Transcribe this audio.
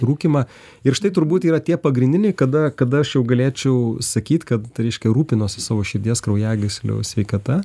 rūkymą ir štai turbūt yra tie pagrindiniai kada kada aš jau galėčiau sakyt kad reiškia rūpinuosi savo širdies kraujagyslių sveikata